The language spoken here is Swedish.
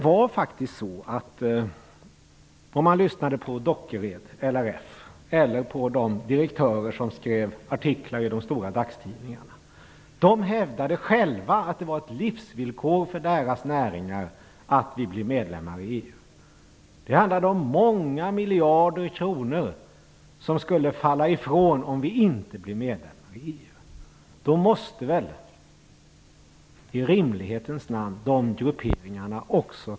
Det handlade om många miljarder kronor som skulle falla ifrån om vi inte blev medlemmar i EU.